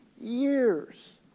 years